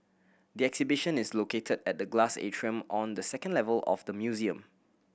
the exhibition is located at the glass atrium on the second level of the museum